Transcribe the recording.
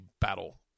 battle